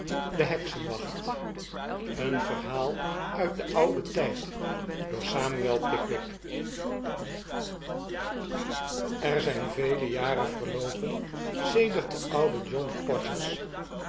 de heksenwacht een verhaal uit den ouden tijd door samuel pickwick er zijn vele jaren verloopen sedert de oude john podgers